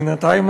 בינתיים,